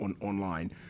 online